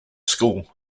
school